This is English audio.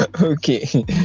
okay